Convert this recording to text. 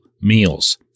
meals